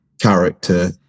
character